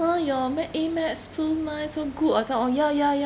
!wah! your ma~ A math so nice so good I say oh ya ya ya